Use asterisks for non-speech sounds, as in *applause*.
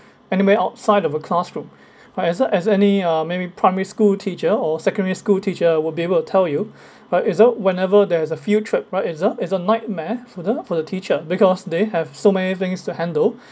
anywhere outside of the classroom *breath* right as long as any uh maybe primary school teacher or secondary school teacher will be able to tell you *breath* right it's uh whenever there is a field trip right it's uh it's a nightmare for the for the teacher because they have so many things to handle